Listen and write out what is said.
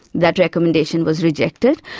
that recommendation was rejected.